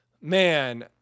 man